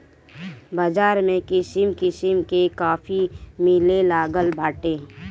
बाज़ार में किसिम किसिम के काफी मिलेलागल बाटे